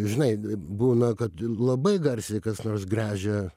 žinai būna kad labai garsiai kas nors gręžia